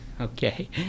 Okay